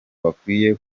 bakwiye